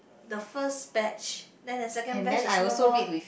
the first batch then the second batch is no more